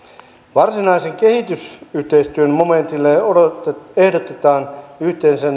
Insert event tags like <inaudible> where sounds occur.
varsinaisen kehitysyhteistyön momentille ehdotetaan yhteensä <unintelligible>